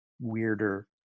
weirder